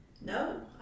no